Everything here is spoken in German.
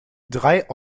drei